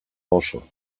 oso